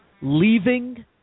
Leaving